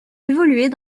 évoluer